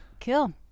cool